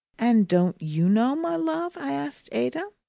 and don't you know, my love? i asked ada.